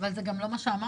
אבל זה גם לא מה שאמרנו.